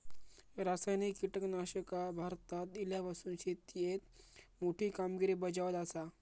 रासायनिक कीटकनाशका भारतात इल्यापासून शेतीएत मोठी कामगिरी बजावत आसा